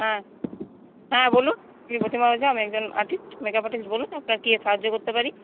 হ্যাঁ হ্যাঁ বলুন আমি একজন আর্টিস্ট মেকআপ আর্টিস্ট বলুন আপনার কী সাহায্য করতে পারি